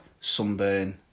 sunburn